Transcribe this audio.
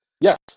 Yes